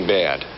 bad